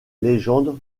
légendes